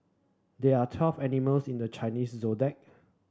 there are twelve animals in the Chinese Zodiac